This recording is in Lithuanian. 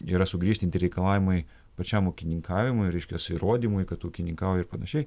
yra sugriežtinti reikalavimai pačiam ūkininkavimui reiškias įrodymui kad ūkininkaujai ir panašiai